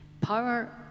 Power